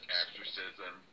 exorcism